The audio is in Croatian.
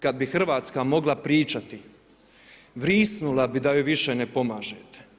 Kada bi Hrvatska mogla pričati, vrisnula bi da joj više ne pomažete.